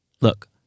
look